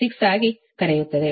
6 ಆಗಿ ಕರೆಯುತ್ತದೆ